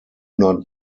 not